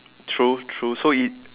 true true so it